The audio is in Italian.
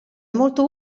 molto